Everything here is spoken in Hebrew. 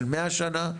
של מאה שנה,